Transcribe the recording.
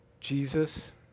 Jesus